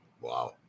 wow